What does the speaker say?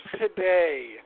today